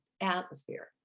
atmosphere